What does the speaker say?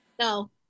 no